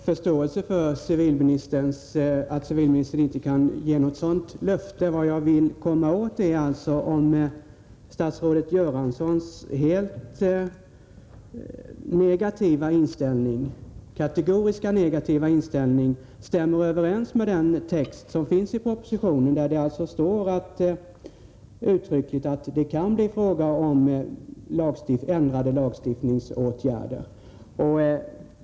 Herr talman! Jag har full förståelse för att civilministern inte kan ge något löfte. Vad jag vill komma åt är om statsrådet Göranssons kategoriskt negativa inställning stämmer överens med texten i propositionen, där det uttryckligen står att det kan bli fråga om ändrad lagstiftning.